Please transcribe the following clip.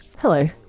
Hello